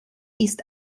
ist